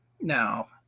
Now